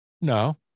No